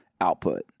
output